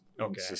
Okay